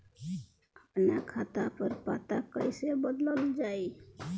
आपन खाता पर पता कईसे बदलल जाई?